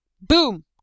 Boom